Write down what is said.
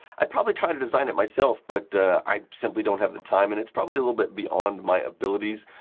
i'd probably try to design it myself, but i simply don't have the time and it's probably a little bit beyond my abilities.